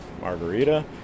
margarita